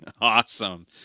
Awesome